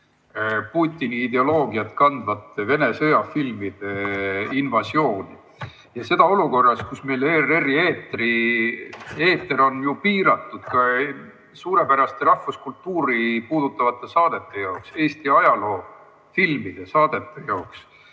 Putini ideoloogiat kandvat Vene sõjafilmide invasiooni, seda olukorras, kus meil ERR-i eeter on piiratud suurepäraste rahvuskultuuri puudutavate saadete jaoks, Eesti ajaloo, filmide ja saadete jaoks.